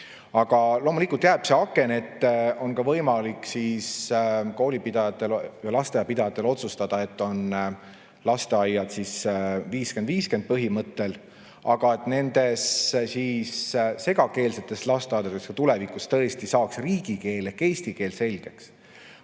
Aga loomulikult jääb see aken, et on ka võimalik kooli pidajatel ja lasteaia pidajatel otsustada, et on lasteaiad 50 : 50 põhimõttel. Aga et nendes segakeelsetes lasteaedades tulevikus tõesti saaks riigikeel ehk eesti keel selgeks,